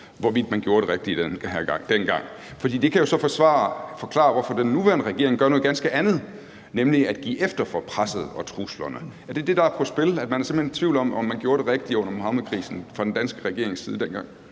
hvorvidt man gjorde det rigtige dengang. For det kan jo så forklare, hvorfor den nuværende regering gør noget ganske andet, nemlig at give efter for presset og truslerne. Er det det, der er på spil – at man simpelt hen er i tvivl om, om man gjorde det rigtige under Muhammedkrisen fra den danske regerings side dengang?